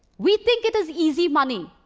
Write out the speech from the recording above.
we think it is easy money.